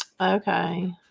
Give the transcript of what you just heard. Okay